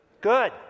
Good